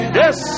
yes